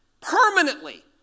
permanently